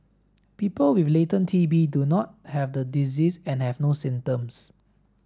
people with latent T B do not have the disease and have no symptoms